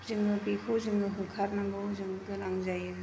जोङो बेखौ जोङो होखारनांगौ जों गोनां जायो